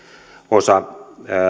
osa